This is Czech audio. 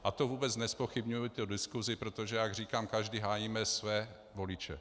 A to vůbec nezpochybňuji tu diskusi, protože jak říkám, každý hájíme své voliče.